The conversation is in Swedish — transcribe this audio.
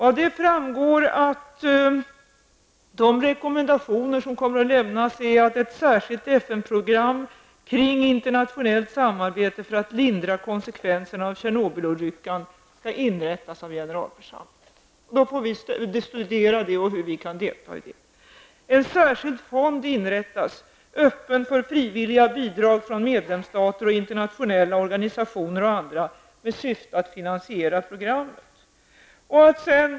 Av den här redovisningen framgår att de rekommendationer som kommer att lämnas innebär att ett särskilt FN program om internationellt samarbete för att lindra konsekvenserna av Tjernobylolyckan skall inrättas av generalförsamlingen. Vi får då studera det och hur vi kan delta. En särskild fond skall inrättas, som skall vara öppen för frivilliga bidrag från medlemsstater och internationella organisationer m.m. med syfte att finansiera programmet.